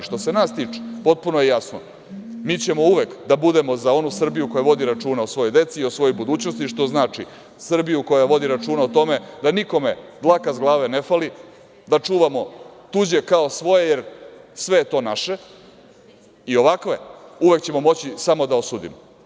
Što se nas tiče potpuno je jasno, mi ćemo uvek da budemo za onu Srbiju koja vodi računa o svojoj deci, o svojoj budućnosti, što znači, Srbiju koja vodi računa o tome da nikome dlaka sa glave ne fali, da čuvamo tuđe kao svoje jer sve je to naše, i ovakve uvek ćemo moći samo da osudimo.